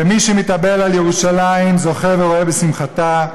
ומי שמתאבל על ירושלים זוכה ורואה בשמחתה,